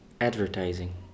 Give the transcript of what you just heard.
advertising